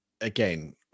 again